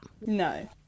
No